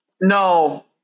No